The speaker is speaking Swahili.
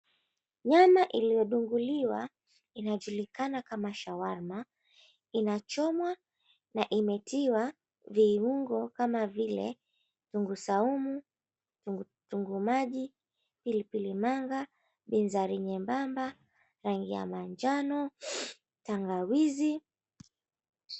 Nyama iliyodunguliwa inajulikana kama shawarma inachomwa na imetiwa viungo kama vile kitunguu saumu, kitunguu maji, pilipili manga, bizari nyembamba, rangi ya manjano, tangawizi.